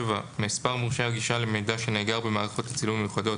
מספר מורשי הגישה למידע שנאגר במערכות הצלום המיוחדות